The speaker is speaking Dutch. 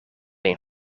een